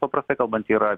paprastai kalbant yra